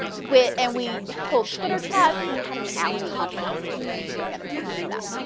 we and we hold twitter chats, and we had an allen conference this year. i think i've got a picture of that.